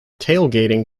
tailgating